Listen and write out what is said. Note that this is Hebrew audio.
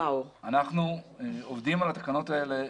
אנחנו עובדים שוב על התקנות האלה,